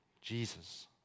Jesus